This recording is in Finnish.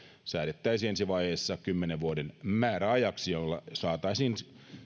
säädettäisiin ensi vaiheessa kymmenen vuoden määräajaksi jolla saataisiin